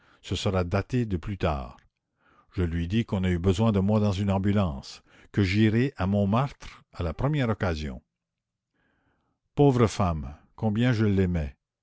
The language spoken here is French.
ce sera daté de plus tard je lui dis qu'on a eu la commune besoin de moi dans une ambulance que j'irai à montmartre à la première occasion pauvre femme combien je l'aimais